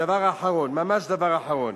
הדבר האחרון, ממש דבר אחרון,